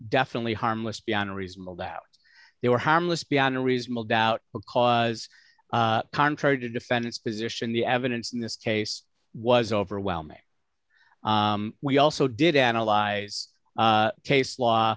definitely harmless beyond reasonable doubt they were harmless beyond reasonable doubt because contrary to defendant's position the evidence in this case was overwhelming we also did analyze case law